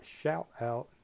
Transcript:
shout-out